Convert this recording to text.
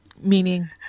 Meaning